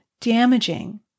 damaging